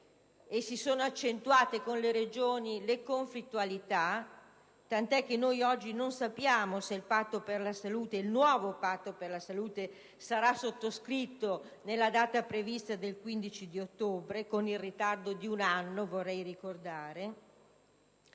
e si sono accentuate con le Regioni le conflittualità, tanto che oggi non sappiamo se il nuovo Patto per la salute sarà sottoscritto alla data prevista del 15 ottobre, con un ritardo di un anno, vorrei ricordare.